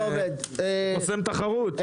אבל חוסם תחרות.